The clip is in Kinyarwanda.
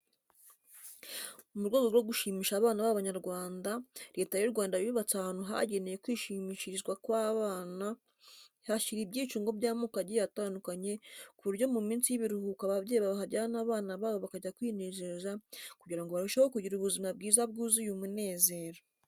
Mu rwego rwo gushimisha abana b'Abanyarwanda, Leta y'u Rwanda yubatse ahantu hagenewe kwishimishirizwa kw'abana ihashyira ibyicungo by'amoko agiye atandukanye ku buryo mu minsi y'ibiruhuko ababyeyi bahajyana abana babo bakajya kwinezeza kugira ngo barusheho kugira ubuzima bwiza bwuzuye umunezero.